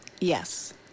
Yes